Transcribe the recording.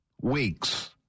weeks